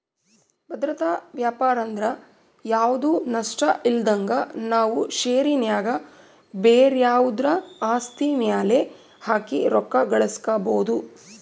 ಭದ್ರತಾ ವ್ಯಾಪಾರಂದ್ರ ಯಾವ್ದು ನಷ್ಟಇಲ್ದಂಗ ನಾವು ಷೇರಿನ್ಯಾಗ ಬ್ಯಾರೆವುದ್ರ ಆಸ್ತಿ ಮ್ಯೆಲೆ ಹಾಕಿ ರೊಕ್ಕ ಗಳಿಸ್ಕಬೊದು